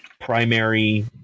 primary